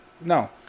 No